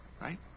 Right